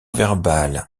verbale